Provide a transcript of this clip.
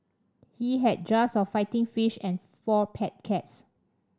he had jars of fighting fish and four pet cats